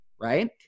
right